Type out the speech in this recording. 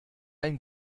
einen